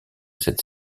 cette